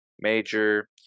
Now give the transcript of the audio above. major